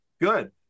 Good